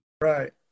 right